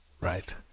Right